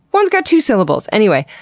one's got two syllables! anyway.